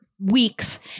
weeks